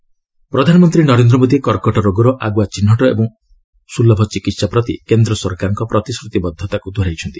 PM cancer ପ୍ରଧାନମନ୍ତ୍ରୀ ନରେନ୍ଦ୍ର ମୋଦି କର୍କଟ ରୋଗର ଆଗୁଆ ଚିହ୍ନଟ ଏବଂ ସୁଲଭ ଚିକିତ୍ସା ପ୍ରତି କେନ୍ଦ୍ର ସରକାରଙ୍କ ପ୍ରତିଶ୍ରତିବଦ୍ଧତାକୁ ଦୋହରାଇଛନ୍ତି